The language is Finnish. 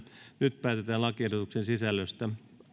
nyt päätetään lakiehdotuksen sisällöstä